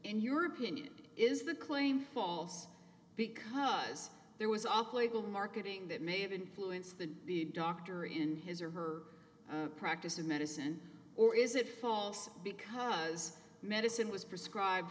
in your opinion is the claim false because there was off label marketing that may have influenced the doctor in his or her practice of medicine or is it false because medicine was prescribed